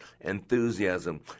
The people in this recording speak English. Enthusiasm